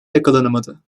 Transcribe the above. yakalanamadı